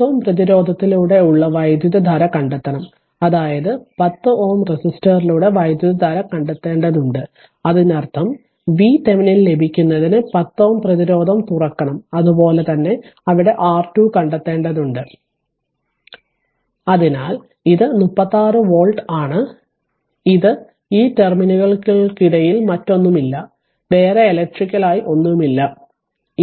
10 Ω പ്രതിരോധത്തിലൂടെ ഉള്ള വൈദ്യുതധാര കണ്ടെത്തണം അതായത് 10 ohm റെസിസ്റ്റൻസിലൂടെ വൈദ്യുതധാര കണ്ടെത്തേണ്ടതുണ്ട് അതിനർത്ഥം VThevenin ലഭിക്കുന്നതിന് 10 Ω പ്രതിരോധം തുറക്കണം അതുപോലെ തന്നെ അവിടെ R2 കണ്ടെത്തേണ്ടതുണ്ട് അതിനാൽ ഇത് 36 വോൾട്ട് ആണ് ഇത് ഈ ടെർമിനലുകൾക്കിടയിൽ മറ്റൊന്നുമില്ല വേറെ എലെക്ട്രിക്കൽ ഒന്നുമില്ല